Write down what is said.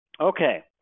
Okay